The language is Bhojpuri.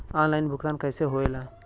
ऑनलाइन भुगतान कैसे होए ला?